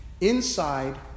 Inside